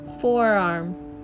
Forearm